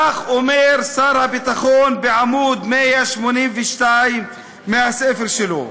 כך אומר שר הביטחון בעמוד 182 בספר שלו.